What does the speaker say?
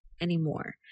anymore